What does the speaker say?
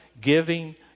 giving